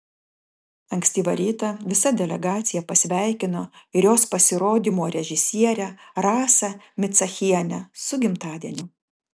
ankstyvą rytą visa delegacija pasveikino ir jos pasirodymo režisierę rasą micachienę su gimtadieniu